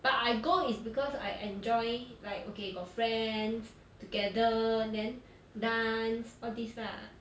but I go is because I enjoy like okay got friends together then dance all these lah